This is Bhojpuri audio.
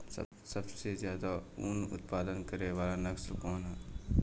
सबसे ज्यादा उन उत्पादन करे वाला नस्ल कवन ह?